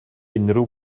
unrhyw